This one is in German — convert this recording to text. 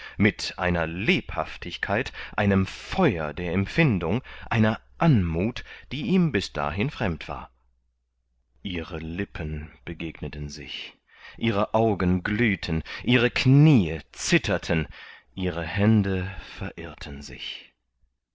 mit einer lebhaftigkeit einem feuer der empfindung einer anmuth die ihm bis dahin fremd war ihre lippen begegneten sich ihre augen glühten ihre kniee zitterten ihre hände verirrten sich